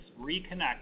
reconnect